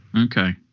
Okay